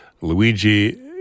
Luigi